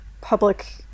public